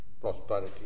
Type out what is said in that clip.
prosperity